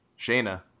Shayna